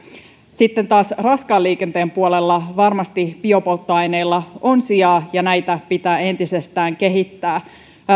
sitten taas raskaan liikenteen puolella varmasti biopolttoaineilla on sijaa ja niitä pitää entisestään kehittää